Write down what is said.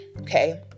okay